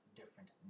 different